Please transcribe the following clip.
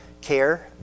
care